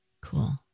Cool